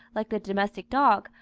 like the domestic dog,